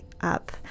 up